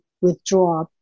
withdraw